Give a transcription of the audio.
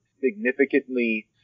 Significantly